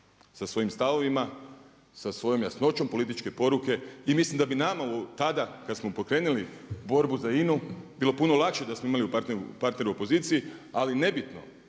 sa svojim stavovima, sa svojom jasnoćom političke poruke. I mislim da bi nama tada kad smo pokrenuli borbu za INA-u bilo puno lakše da smo imali partnera u opoziciji ali ne bitno